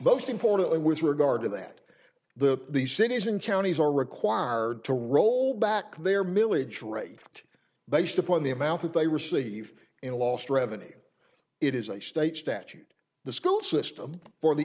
most importantly with regard to that the these cities and counties are required to roll back their millage rate based upon the amount that they receive in lost revenue it is a state statute the school system for the